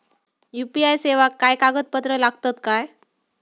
UPI सेवाक काय कागदपत्र लागतत काय?